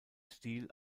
stil